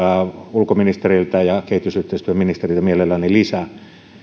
ulkoministeriltä ja kehitysyhteistyöministeriltä mielelläni lisää